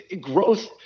growth